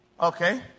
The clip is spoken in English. Okay